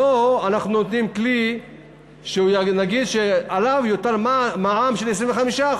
לגביו אנחנו נותנים כלי שנגיד עליו יוטל מע"מ של 25%,